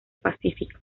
pacífico